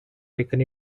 taken